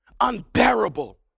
unbearable